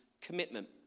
commitment